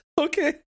Okay